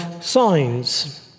signs